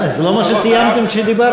זה לא מה שתיאמתם כשדיברתם?